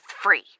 free